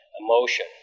emotion